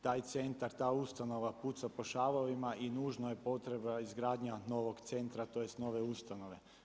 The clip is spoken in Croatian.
Taj centar, ta ustanova puca po šavovima i nužno je potrebna izgradnja novog centra, tj. nove ustanove.